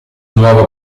nuovo